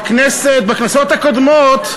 בכנסות הקודמות,